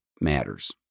matters